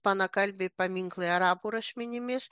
panakalbei paminklai arabų rašmenimis